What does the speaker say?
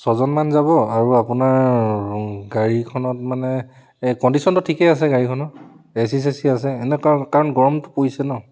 ছয়জনমান যাব আৰু আপোনাৰ গাড়ীখনত মানে এই কণ্ডিশ্যনটো ঠিকেই আছে গাড়ীখনৰ এ চি চে চি আছে ন কাৰণ কাৰণ গৰমটো পৰিছে ন